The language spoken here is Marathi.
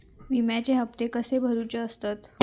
विम्याचे हप्ते कसे भरुचे असतत?